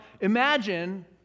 imagine